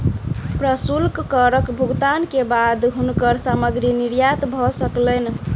प्रशुल्क करक भुगतान के बाद हुनकर सामग्री निर्यात भ सकलैन